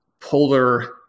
polar